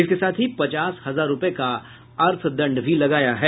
इसके साथ ही पचास हजार रुपये का अर्थदंड भी लगाया है